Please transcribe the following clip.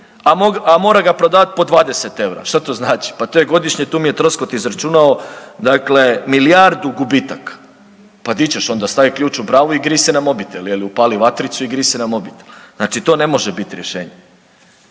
a mora ga prodavati po 20 eura, šta to znači? Pa to je godišnje, tu mi je Troskot izračunao, dakle milijardu gubitaka. Pa di ćeš onda, stavit ključ u bravu i grij se na mobitel, je li, upali vatricu i grij se na mobitel. Znači to ne može biti rješenje.